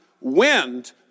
wind